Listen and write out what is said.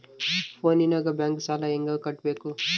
ಫೋನಿನಾಗ ಬ್ಯಾಂಕ್ ಸಾಲ ಹೆಂಗ ಕಟ್ಟಬೇಕು?